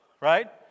right